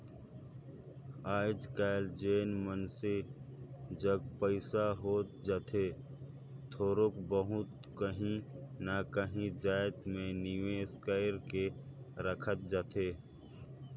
आएज काएल जेन मइनसे जग पइसा होत जाथे थोरोक बहुत काहीं ना काहीं जाएत में निवेस कइर के राखत जाथे